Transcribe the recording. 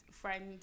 friend